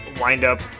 wind-up